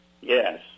Yes